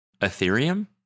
Ethereum